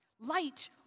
Light